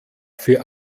für